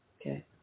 okay